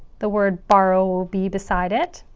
the word borrow will be beside it.